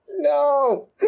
no